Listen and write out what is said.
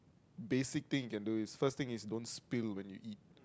basic thing you can do is first thing is don't spill when you eat